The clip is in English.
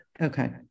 Okay